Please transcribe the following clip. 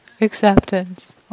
acceptance